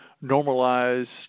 normalized